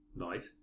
right